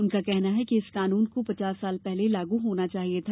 उनका कहना है कि इस कानून को पचास साल पहले लागू होना चाहिये था